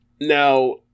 Now